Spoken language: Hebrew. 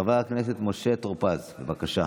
חבר הכנסת משה טור פז, בבקשה.